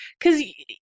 cause